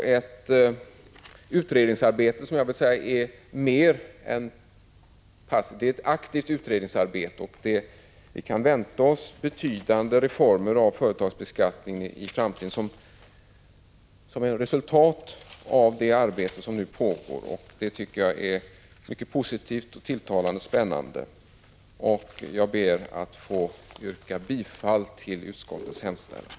Det pågår alltså ett aktivt utredningsarbete, och vi kan vänta oss betydande reformer av företagsbeskattningen i framtiden som resultat av det arbete som nu pågår. Det tycker jag är mycket positivt och spännande, och jag ber att få yrka bifall till utskottets hemställan.